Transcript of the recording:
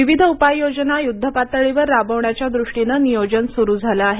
विविध उपाय योजना युद्धपातळीवर राबवण्याच्या द्रष्टीनं नियोजन सुरु झालं आहे